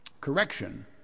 correction